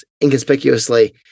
inconspicuously